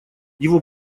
его